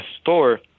store